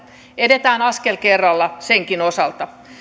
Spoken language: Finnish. edetään askel kerrallaan senkin osalta